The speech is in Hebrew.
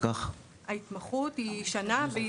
ההתמחות היא שנה והיא